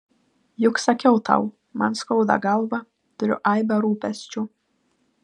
juk sakiau tau man skauda galvą turiu aibę rūpesčių